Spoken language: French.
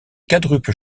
quadruple